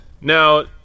now